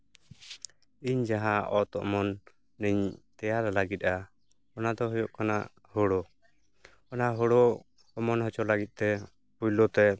ᱤᱧ ᱡᱟᱦᱟᱸ ᱚᱛ ᱚᱢᱚᱱ ᱞᱤᱧ ᱛᱮᱭᱟᱨ ᱞᱟᱹᱜᱤᱫᱼᱟ ᱚᱱᱟ ᱫᱚ ᱦᱩᱭᱩᱜ ᱠᱟᱱᱟ ᱦᱳᱲᱳ ᱚᱱᱟ ᱦᱳᱲᱳ ᱚᱢᱚᱱ ᱦᱚᱪᱚ ᱞᱟᱹᱜᱤᱫᱛᱮ ᱯᱳᱭᱞᱳᱛᱮ